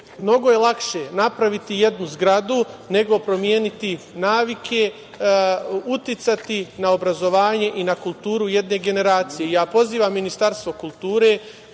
mnogo je lakše napraviti jednu zgradu nego promeniti navike, uticati na obrazovanje i na kulturu jedne generacije. Pozivam Ministarstvo kulture